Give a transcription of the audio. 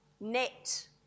net